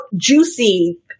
juicy